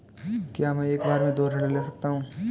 क्या मैं एक बार में दो ऋण ले सकता हूँ?